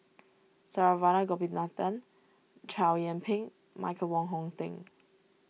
Saravanan Gopinathan Chow Yian Ping Michael Wong Hong Teng